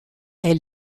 est